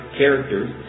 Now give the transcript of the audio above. characters